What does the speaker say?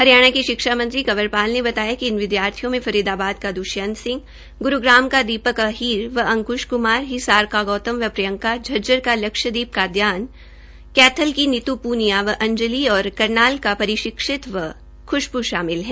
हरियाणा के शिक्षा मंत्री कंवर पाल ने बताया कि इन विद्यार्थियों में फरीदाबाद का द्वष्यंत सिंह ग्रूग्राम का दीपक अहील व अंकृश कृमार हिसार का गौतम व प्रियंका झज्जर का लक्ष्यदीप कादयान कैथ की नीतू पूनिया व अंजली और करनाल का परीक्षित व खुशबू शामिल है